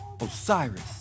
Osiris